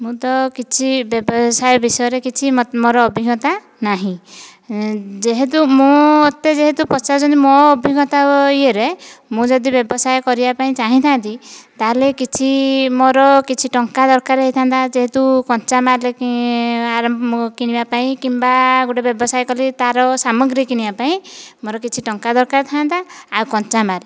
ମୁଁ ତ କିଛି ବ୍ୟବସାୟ ବିଷୟରେ କିଛି ମୋର ଅଭିଜ୍ଞତା ନାହିଁ ଯେହେତୁ ମୋତେ ଯେହେତୁ ପଚାରୁଛନ୍ତି ମୋ ଅଭିଜ୍ଞତା ଇୟେରେ ମୁଁ ଯଦି ବ୍ୟବସାୟ କରିବା ପାଇଁ ଚାହିଁଥାନ୍ତି ତାହେଲେ କିଛି ମୋର କିଛି ଟଙ୍କା ଦରକାର ହୋଇଥାନ୍ତା ଯେହେତୁ କଞ୍ଚାମାଲ କିଣିବା ପାଇଁ କିମ୍ବା ଗୋଟିଏ ବ୍ୟବସାୟ କଲି ତାର ସାମଗ୍ରୀ କିଣିବା ପାଇଁ ମୋର କିଛି ଟଙ୍କା ଦରକାର ଥାନ୍ତା ଆଉ କଞ୍ଚାମାଲ